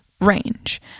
range